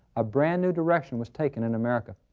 a brand new direction was taken in america.